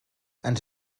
ens